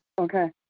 Okay